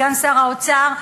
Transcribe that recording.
סגן שר האוצר,